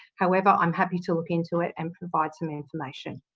however, i am happy to look into it and provide some information.